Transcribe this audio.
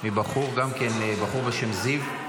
מבחור בשם זיו.